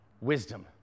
Wisdom